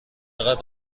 قدر